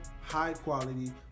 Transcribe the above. high-quality